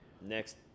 Next